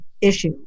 issue